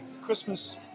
Christmas